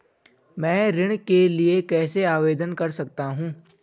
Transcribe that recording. मैं ऋण के लिए कैसे आवेदन कर सकता हूं?